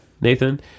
Nathan